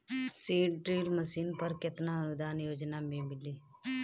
Seed drill machine पर केतना अनुदान योजना में मिली?